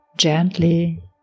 Gently